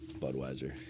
Budweiser